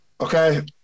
okay